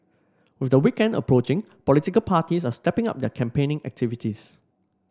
with the weekend approaching political parties are stepping up their campaigning activities